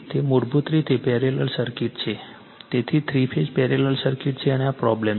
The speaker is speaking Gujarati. તેથી તે મૂળભૂત રીતે પેરેલલ સર્કિટ છે તે થ્રી ફેઝ પેરેલલ સર્કિટ છે અને આ પ્રોબ્લેમ છે